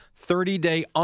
30-day